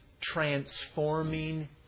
transforming